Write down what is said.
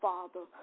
Father